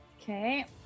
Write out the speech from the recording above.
Okay